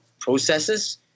processes